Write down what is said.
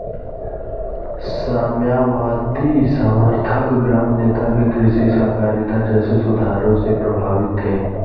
साम्यवादी समर्थक ग्राम नेता भी कृषि सहकारिता जैसे सुधारों से प्रभावित थे